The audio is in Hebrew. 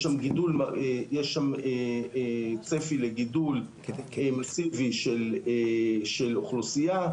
יש שם צפי לגידול מאסיבי של אוכלוסייה,